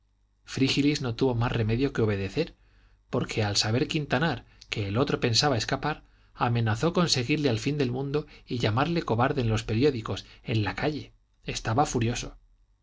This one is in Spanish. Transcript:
frígilis no tuvo más remedio que obedecer porque al saber quintanar que el otro pensaba escapar amenazó con seguirle al fin del mundo y llamarle cobarde en los periódicos en la calle estaba furioso